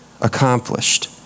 accomplished